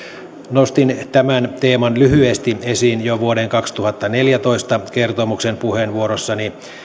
nostin tämän teeman lyhyesti esiin jo vuoden kaksituhattaneljätoista kertomuksen puheenvuorossani